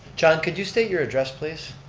john, could you state your address, please?